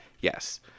Yes